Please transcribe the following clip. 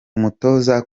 umutoza